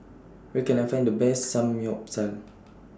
Where Can I Find The Best Samgeyopsal